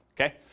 Okay